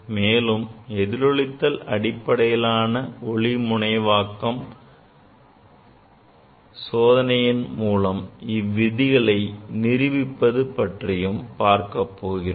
மேலும் எதிரொளித்தல் அடிப்படையிலான ஒளி முனைவாக்க சோதனையின் மூலம் இவ்விதிகளை நிரூபிப்பது பற்றியும் பார்க்க போகிறோம்